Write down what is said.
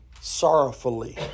sorrowfully